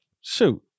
shoot